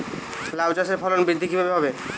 লাউ চাষের ফলন বৃদ্ধি কিভাবে হবে?